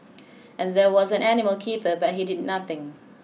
and there was an animal keeper but he did nothing